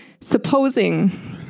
Supposing